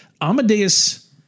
amadeus